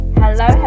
hello